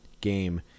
game